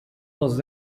was